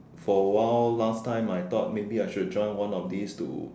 for a while last time I thought maybe I should join one of this to